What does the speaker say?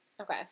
Okay